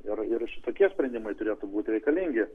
ir ir šitokie sprendimai turėtų būti reikalingi